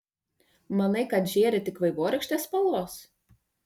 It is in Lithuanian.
manai kad žėri tik vaivorykštės spalvos